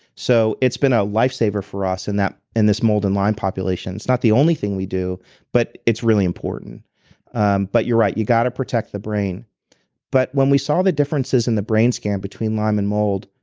so it's been a lifesaver for us and in this mold and lyme population it's not the only thing we do but it's really important um but you are right. you got to protect the brain but when we saw the differences in the brain scan between lyme and mold,